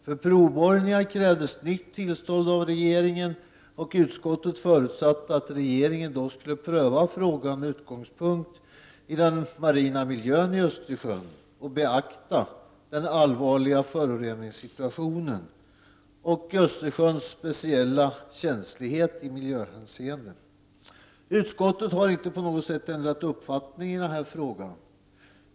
För provborrningar krävdes nytt tillstånd av regeringen, och utskottet förutsatte att regeringen då skulle pröva frågan med utgångspunkt i den marina miljön i Östersjön och beakta den allvarliga föroreningssituationen och Östersjöns speciella känslighet i miljönhänseende. Utskottet har inte på något sätt ändrat uppfattning i denna fråga.